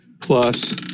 plus